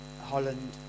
Holland